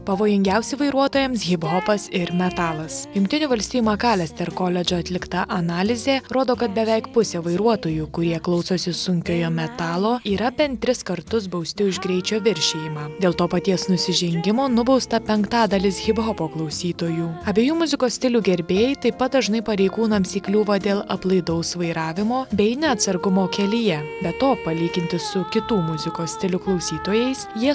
pavojingiausi vairuotojams hiphopas ir metalas jungtinių valstijų makalester koledžo atlikta analizė rodo kad beveik pusė vairuotojų kurie klausosi sunkiojo metalo yra bent tris kartus bausti už greičio viršijimą dėl to paties nusižengimo nubausta penktadalis hiphopo klausytojų abiejų muzikos stilių gerbėjai taip pat dažnai pareigūnams įkliūva dėl aplaidaus vairavimo bei neatsargumo kelyje be to palyginti su kitų muzikos stilių klausytojais jie